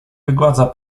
wygładza